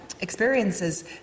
experiences